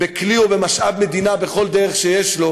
בכלי ובמשאב מדינה בכל דרך שיש לו